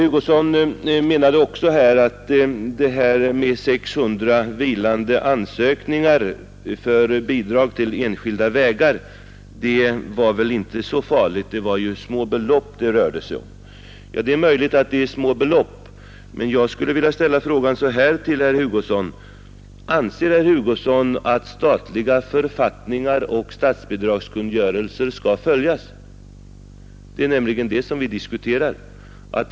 Det finns för närvarande 600 vilande ansökningar om bidrag till enskilda vägar, men herr Hugosson menade att detta inte var så farligt, eftersom det rörde sig om små belopp. Det är möjligt att beloppen är små, men jag skulle vilja ställa frågan: Anser herr Hugosson att statliga författningar och statsbidragskungörelser skall följas? Det är denna sak vi diskuterar.